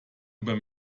über